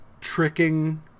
tricking